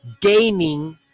gaining